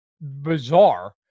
bizarre